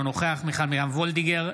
אינו נוכח מיכל מרים וולדיגר,